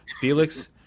Felix